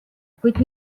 kuid